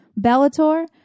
Bellator